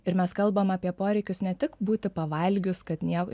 ir mes kalbam apie poreikius ne tik būti pavalgius kad nieko